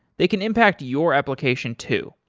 they can impact your application too.